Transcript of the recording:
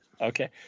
Okay